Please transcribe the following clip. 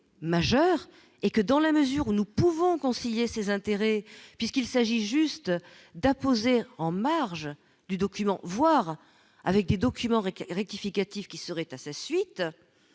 majeurs et que dans la mesure où nous pouvons concilier ses intérêts puisqu'il s'agit juste d'apposer en marge du document voir avec des documents rectificative qui serait à sa suite